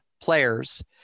players